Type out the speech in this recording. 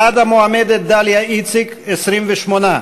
בעד המועמדת דליה איציק, 28,